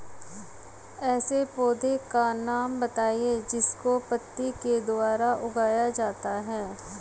ऐसे पौधे का नाम बताइए जिसको पत्ती के द्वारा उगाया जाता है